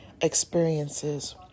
experiences